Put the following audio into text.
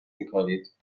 میکنید